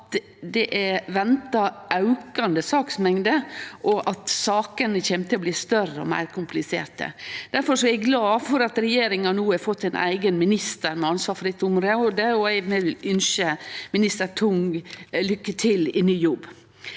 at det er venta aukande saksmengd, og at sakene kjem til å bli større og meir kompliserte. Difor er eg glad for at regjeringa no har fått ein eigen minister med ansvar for dette området, og eg vil dermed ynskje minister Tung lykke til i ny jobb.